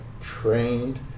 trained